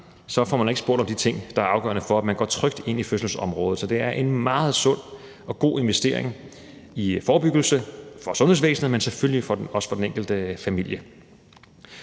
får man ikke spurgt om de ting, der er afgørende for, at man går trygt ind i fødselsområdet. Så det er en meget sund og god investering i forebyggelse for sundhedsvæsenet, men selvfølgelig også for den enkelte familie.